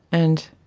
and